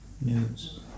news